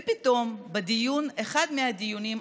ופתאום באחד הדיונים,